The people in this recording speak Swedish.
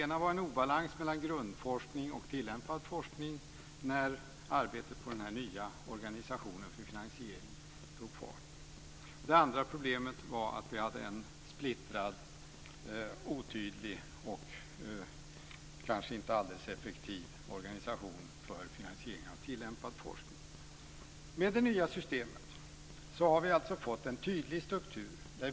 Det ena var en obalans mellan grundforskning och tillämpad forskning. Det andra problemet var en splittrad, otydlig och kanske inte alldeles effektiv organisation för finansiering av tillämpad forskning. Med det nya systemet har vi fått en tydlig struktur.